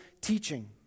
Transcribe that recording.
teaching